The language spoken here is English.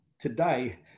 today